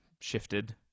shifted